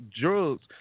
drugs